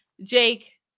Jake